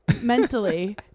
mentally